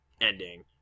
ending